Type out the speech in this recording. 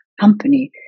company